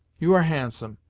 you are handsome,